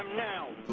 now